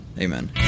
Amen